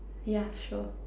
yeah sure